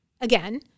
Again